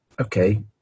okay